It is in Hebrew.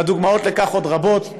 והדוגמאות לכך עוד רבות.